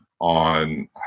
on